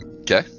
Okay